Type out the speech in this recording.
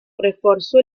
reforzó